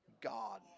God